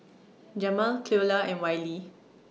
Jamaal Cleola and Wiley